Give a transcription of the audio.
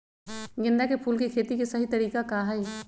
गेंदा के फूल के खेती के सही तरीका का हाई?